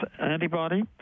antibody